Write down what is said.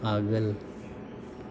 आगोल